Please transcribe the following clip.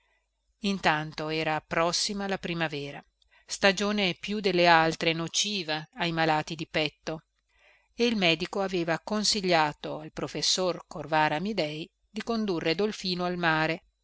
intanto era prossima la primavera stagione più delle altre nociva ai malati di petto e il medico aveva consigliato al professor corvara amidei di condurre dolfino al mare